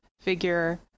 figure